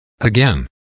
Again